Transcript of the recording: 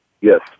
Yes